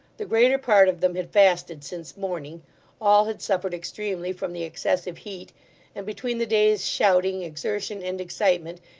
the greater part of them had fasted since morning all had suffered extremely from the excessive heat and between the day's shouting, exertion, and excitement,